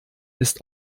ist